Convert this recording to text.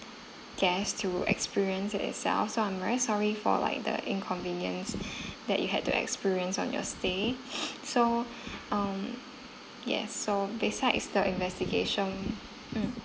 guest to experience itself so I'm very sorry for like the inconvenience that you had to experience on your stay so um yes so besides the investigation mm